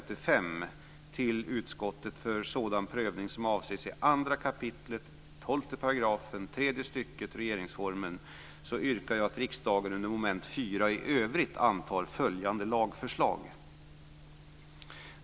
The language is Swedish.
12 § tredje stycket regeringsformen, yrkar jag att riksdagen under moment 4 i övrigt antar följande lagförslag.